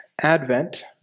advent